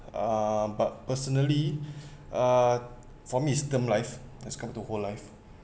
uh but personally uh for me is term life as come to whole life